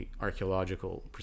Archaeological